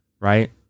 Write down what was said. right